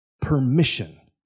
Permission